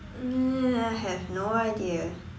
uh I have no idea